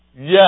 Yes